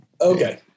Okay